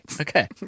Okay